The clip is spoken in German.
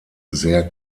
sehr